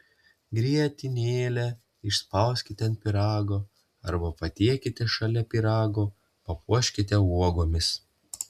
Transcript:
grietinėlę išspauskite ant pyrago arba patiekite šalia pyrago papuoškite uogomis